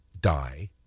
die